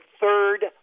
third